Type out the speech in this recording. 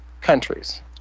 countries